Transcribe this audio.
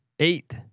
eight